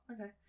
okay